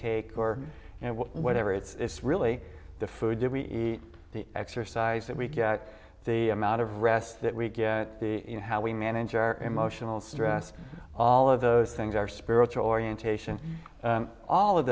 take or whatever it's really the food we eat the exercise that we get the amount of rest that we get the you know how we manage our emotional stress all of those things are spiritual orientation all of